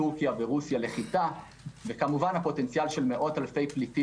טורקיה ורוסיה לחיטה וכמובן הפוטנציאל של מאות אלפי פליטים